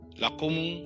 lakumu